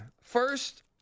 First